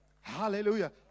hallelujah